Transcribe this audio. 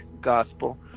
gospel